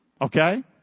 Okay